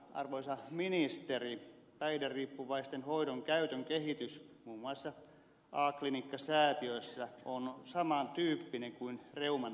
arvoisa ministeri päihderiippuvaisten hoidon käyttöasteen kehitys muun muassa a klinikkasäätiössä on saman tyyppinen kuin reuman